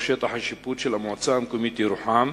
שטח השיפוט של המועצה המקומית ירוחם.